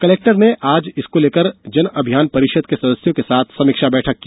collector ने आज इसको लेकर जनअभियान परिषद के सदस्यों के साथ समीक्षा बैठक की